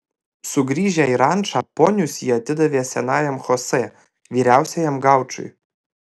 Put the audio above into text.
sugrįžę į rančą ponius jie atidavė senajam chosė vyriausiajam gaučui